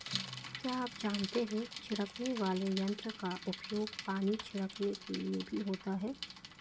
क्या आप जानते है छिड़कने वाले यंत्र का उपयोग पानी छिड़कने के लिए भी होता है?